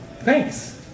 Thanks